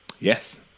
Yes